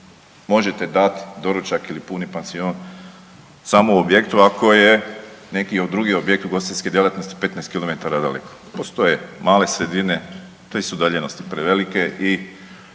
možete dat doručak ili puni pansion samo u objektu ako je neki drugi objekt ugostiteljske djelatnosti 15km daleko. Postoje male sredine, te su udaljenosti prevelike i